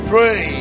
Pray